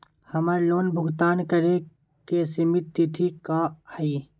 हमर लोन भुगतान करे के सिमित तिथि का हई?